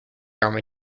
army